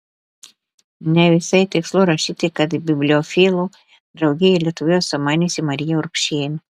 ne visai tikslu rašyti kad bibliofilų draugiją lietuvoje sumaniusi marija urbšienė